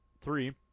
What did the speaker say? three